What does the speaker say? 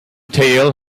tail